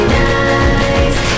nice